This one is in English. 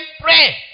pray